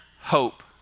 hope